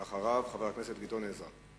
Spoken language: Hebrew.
אחריו, חבר הכנסת גדעון עזרא.